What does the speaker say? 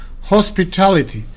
hospitality